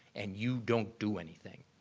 and you don't do anything.